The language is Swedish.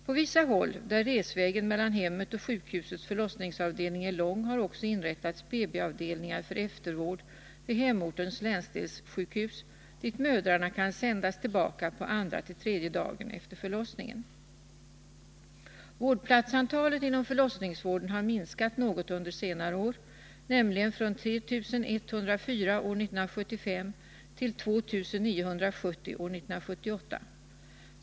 På vissa håll, där resvägen mellan hemmet och sjukhusets förlossningsavdelning är lång, har också inrättats BB-avdelningar för eftervård vid hemortens länsdelssjukhus, dit mödrarna kan sändas tillbaka andra till tredje dagen efter förlossningen. Vårdplatsantalet inom förlossningsvården har minskat något under senare år, nämligen från 3 104 år 1975 till 2 970 år 1978.